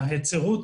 ההיצרות